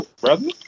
brother